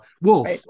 wolf